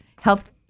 health